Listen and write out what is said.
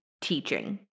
teaching